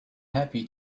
happy